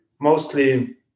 mostly